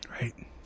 Right